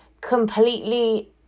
completely